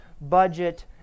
budget